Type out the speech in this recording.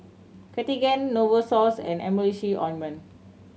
Cartigain Novosource and Emulsying Ointment